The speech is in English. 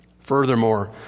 Furthermore